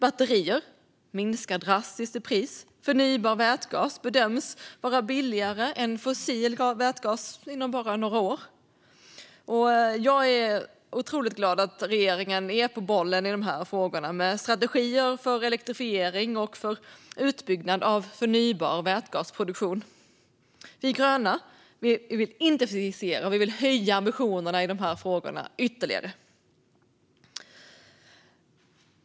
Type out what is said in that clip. Batterier minskar drastiskt i pris. Förnybar vätgas bedöms vara billigare än fossil vätgas inom bara några år. Jag är otroligt glad att regeringen är på bollen i de här frågorna med strategier för elektrifiering och utbyggnad av förnybar vätgasproduktion. Vi gröna vill höja ambitionerna i de här frågorna ytterligare.